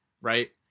right